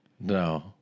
No